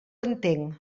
entenc